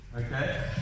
Okay